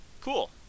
Cool